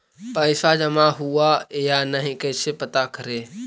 पैसा जमा हुआ या नही कैसे पता करे?